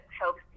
helps